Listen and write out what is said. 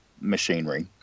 machinery